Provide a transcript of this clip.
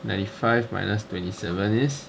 ninety five minus twenty seven is